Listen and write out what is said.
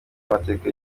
amateka